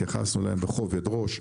התייחסנו אליהן בכובד ראש,